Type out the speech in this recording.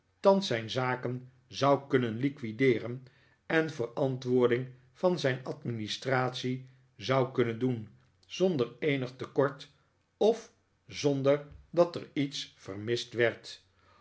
thans zijn zaken zou kunnen liquideeren en verantwoording van zijn administratie zou kunnen doen zonder eenig tekort of zonder dat er iets vermist werd